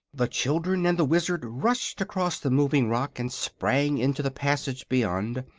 the children and the wizard rushed across the moving rock and sprang into the passage beyond,